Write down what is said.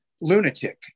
lunatic